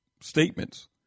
statements